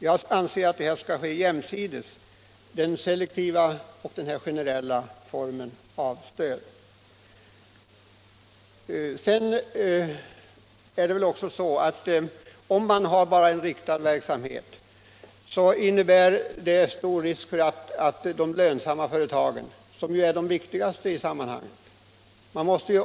Jag anser att den generella och selektiva formen av stöd skall kunna tillämpas jämsides.